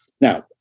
Now